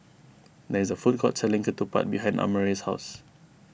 there is a food court selling Ketupat behind Amare's house